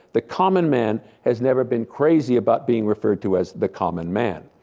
the common man has never been crazy about being referred to as the common man.